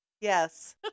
Yes